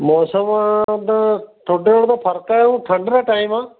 ਮੌਸਮ ਦਾ ਤੁਹਾਡੇ ਉਹਦਾ ਫਰਕ ਹੈ ਉਹ ਠੰਡ ਦਾ ਟਾਈਮ ਆ